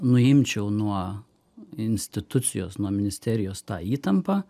nuimčiau nuo institucijos nuo ministerijos tą įtampą